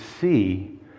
see